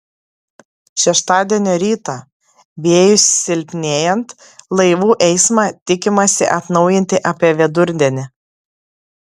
šeštadienio rytą vėjui silpnėjant laivų eismą tikimasi atnaujinti apie vidurdienį